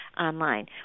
online